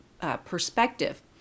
perspective